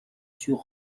sur